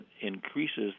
increases